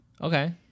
okay